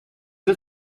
het